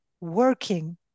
working